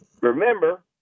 remember